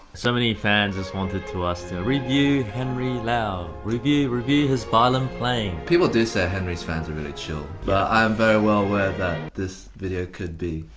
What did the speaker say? so many fans just wanted to us to review henry lau. review, review his violin playing. people do say henry's fans are really chill. but i am very well aware that this video could be.